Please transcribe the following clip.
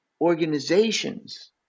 organizations